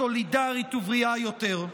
סולידרית ובריאה יותר.